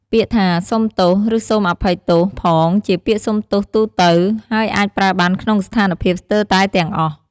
ពាក្យថា សូមទោស ឬ សូមអភ័យទោសផង ជាពាក្យសុំទោសទូទៅ ហើយអាចប្រើបានក្នុងស្ថានភាពស្ទើរតែទាំងអស់។